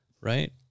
Right